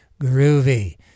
groovy